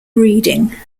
reading